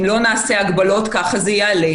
אם לא נעשה הגבלות, ככה זה יעלה.